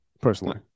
personally